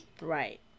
Right